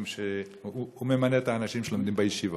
והוא ממנה את האנשים שלומדים בישיבות,